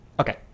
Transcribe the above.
okay